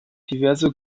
diverse